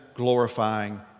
glorifying